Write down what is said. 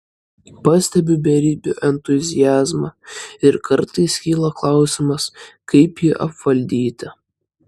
pastebiu beribį entuziazmą ir kartais kyla klausimas kaip jį apvaldyti